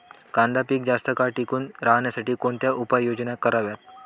कांदा पीक जास्त काळ टिकून राहण्यासाठी कोणत्या उपाययोजना कराव्यात?